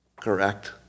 correct